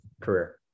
career